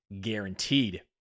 guaranteed